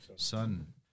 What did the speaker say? son